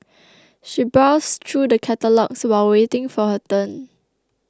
she browsed through the catalogues while waiting for her turn